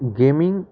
gaming